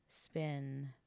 spin